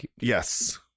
Yes